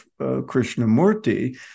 Krishnamurti